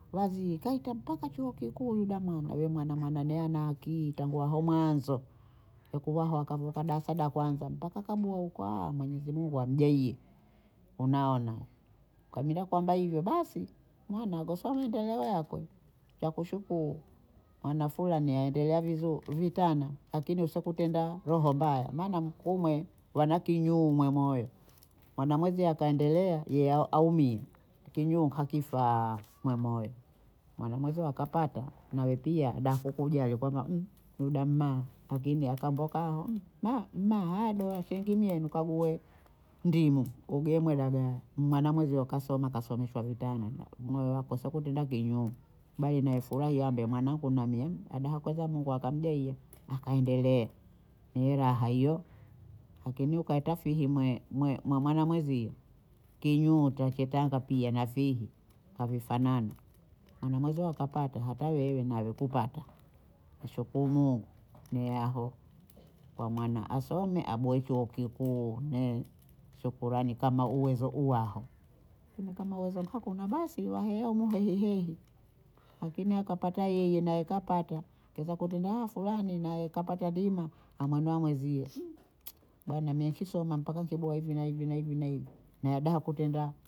Waziyi kaita mpaka chuo kikuu yuda mwana, huyo mwana mwanane naye ana akiyi tangu aho mwanzo, yakuvaha wakavuka daasa dakwanza mpaka kabuha huko Mwenyezi Mungu amjayie unaona, kabinda kuwamba hivyo basi nana agoso wendele wakwe, chakushukuyu mwana Fulani aendelea vizu vitana lakini usikutenda roho mbaya, maana umwe wana kinyumwe moyo mwana mwezi akaendelea ye a- aumie kinyu hakifaa kwa moyo, maana mweziwo akapata nawe pia daku kujali kwamba yuda mma akija akamboka kaha ma- mahado wasengenyeni kaguhe ndimwi ugemwe laga maana mwezio kasoma, kasomeshwa vitana na- nawe wakosako kwenda kinyume, bali nawe furahia ambe mwanangu na mie hadaha akweza Mungu akamjayie akaendelee niwe raha hiyo, lakini ukaeta fihimwe mwe- mwemwana mwenzio kinyuu watu wa kitanga pia nafihi havifananu, hana mwezio akapata hata wewe nawe kupata washukuyu Mungu neaho, kwa mwana asome abohe chuo kikuu ne shukurani kama uwezo uwaho akini kama uwezo kakuna basi wahaya muha yeyeye lakini akapata yeye naye kapata, keza kutana Fulani naye kapata dima na mwana wa mwenzie bwana mie nkisoma mpaka kiboha hivi na hivi na hivi na hivi nahada kutenda